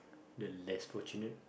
the less fortunate